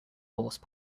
horse